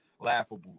Laughable